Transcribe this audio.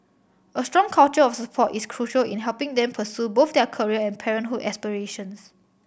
a strong culture of support is crucial in helping them pursue both their career and parenthood aspirations